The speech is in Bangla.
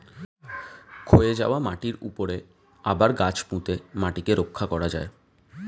ক্ষয়ে যাওয়া মাটির উপরে আবার গাছ পুঁতে মাটিকে রক্ষা করা যায়